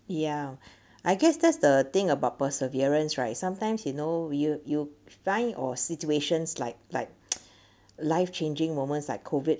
ya I guess that's the thing about perseverance right sometimes you know you'll you'll find or situations like like life changing moments like COVID